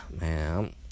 Man